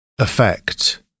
effect